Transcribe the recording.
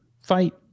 fight